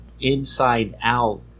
inside-out